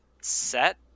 set